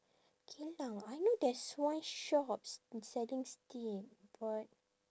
geylang I know there's one shop s~ selling steak but